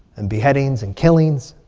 and beheadings and killings.